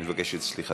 אני אבקש את סליחתך.